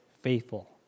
faithful